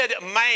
man